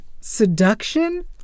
seduction